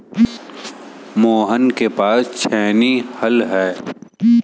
मोहन के पास छेनी हल है